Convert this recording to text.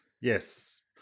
yes